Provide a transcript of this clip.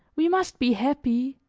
we must be happy,